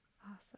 Awesome